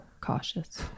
cautious